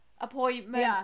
appointment